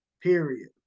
period